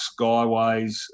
Skyways